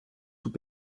tout